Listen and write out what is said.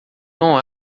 não